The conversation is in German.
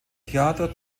theater